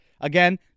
Again